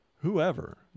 Whoever